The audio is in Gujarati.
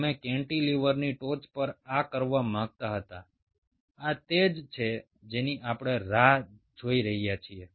અમે કેન્ટિલીવરની ટોચ પર આ કરવા માંગતા હતા આ તે જ છે જેની આપણે રાહ જોઈ રહ્યા છીએ